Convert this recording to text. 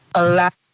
a lot